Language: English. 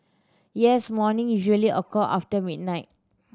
yes morning usually occur after midnight